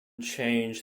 change